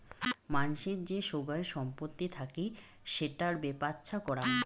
মানসির যে সোগায় সম্পত্তি থাকি সেটার বেপ্ছা করাং